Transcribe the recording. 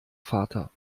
vater